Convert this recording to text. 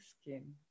skin